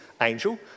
angel